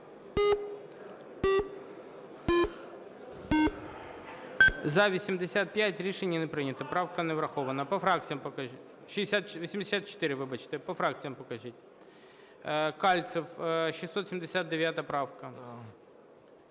За-84 Рішення не прийнято. Правка не врахована. По фракціям покажіть. 84, вибачте. По фракціям покажіть. Кальцев, 679 правка.